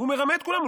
הוא מרמה את כולם.